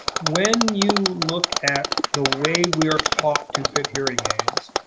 when you look at the way we are taught to fit hearing aids,